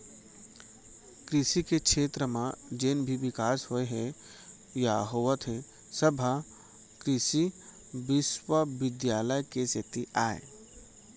कृसि के छेत्र म जेन भी बिकास होए हे या होवत हे सब ह कृसि बिस्वबिद्यालय के सेती अय